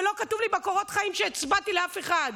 ולא כתוב לי בקורות חיים שהצבעתי לאף אחד.